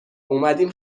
اومدیم